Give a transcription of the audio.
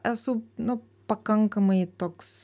esu nu pakankamai toks